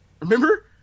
Remember